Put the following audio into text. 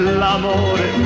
l'amore